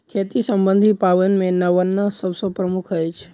खेती सम्बन्धी पाबनि मे नवान्न सभ सॅ प्रमुख अछि